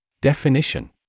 Definition